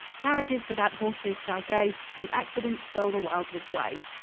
carriages without horses shall go, and accidents fill the world with woe.